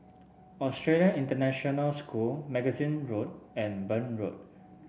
Australian International School Magazine Road and Burn Road